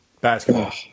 Basketball